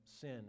sin